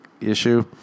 issue